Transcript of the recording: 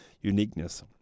uniqueness